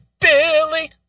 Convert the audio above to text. Billy